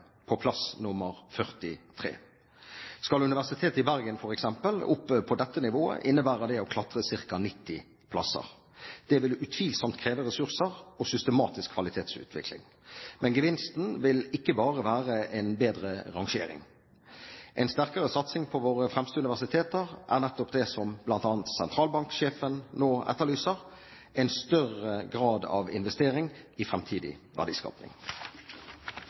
på plass nr. 43. Skal Universitetet i Bergen, f.eks., opp på dette nivået, innebærer det å klatre ca. 90 plasser. Det ville utvilsomt kreve ressurser og systematisk kvalitetsutvikling. Men gevinsten vil ikke bare være en bedre rangering. En sterkere satsing på våre fremste universiteter er nettopp det som bl.a. sentralbanksjefen nå etterlyser: en større grad av investering i framtidig